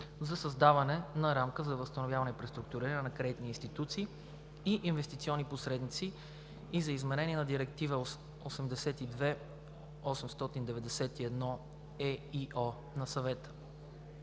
за създаване на рамка за възстановяване и преструктуриране на кредитни институции и инвестиционни посредници, и за изменение на Директива 82/891/ЕИО на Съвета.